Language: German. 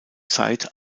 zeit